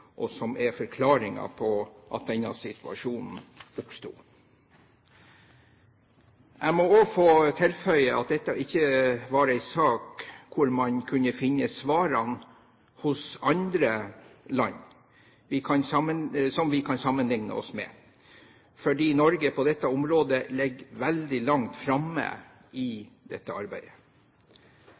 og som er forklaringen på at denne situasjonen oppsto. Jeg må også få tilføye at dette ikke var en sak hvor man kunne finne svarene hos andre land vi kan sammenligne oss med, fordi Norge på dette området ligger veldig langt framme i dette arbeidet.